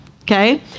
Okay